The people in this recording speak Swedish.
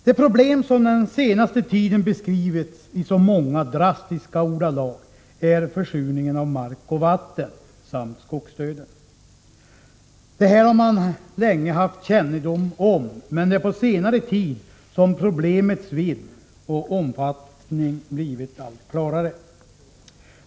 Det problem som den senaste tiden beskrivits i så många drastiska ordalag är försurningen av mark och vatten samt skogsdöden. Detta har man länge haft kännedom om, men det är på senare tid som problemets vidd och omfattning blivit allt klarare.